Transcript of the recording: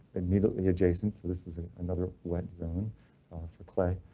immediately adjacent. so this is another wet zone for clay.